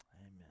Amen